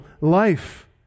life